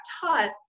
taught